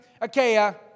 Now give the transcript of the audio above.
Achaia